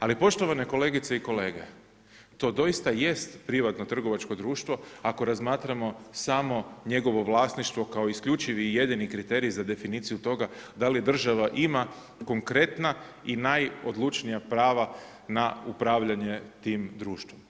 Ali poštovane kolegice i kolege, to doista jest privatno trgovačko društvo ako razmatramo samo njegovo vlasništvo kao isključivi i jedini kriterij za definiciju toga da li država ima konkretna i najodlučnija prava na upravljanje tim društvom.